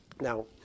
Now